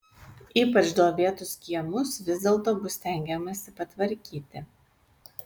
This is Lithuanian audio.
ypač duobėtus kiemus vis dėlto bus stengiamasi patvarkyti